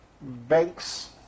banks